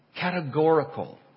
categorical